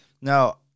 Now